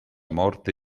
morte